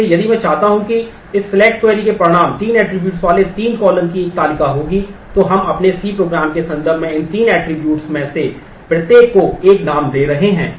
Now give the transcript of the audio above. इसलिए यदि मैं चाहता हूं कि इस select query के परिणाम तीन attributes वाले तीन कॉलम की एक तालिका होगी तो हम अपने C program के संदर्भ में इन तीन attributes में से प्रत्येक को एक नाम दे रहे हैं